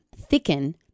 thicken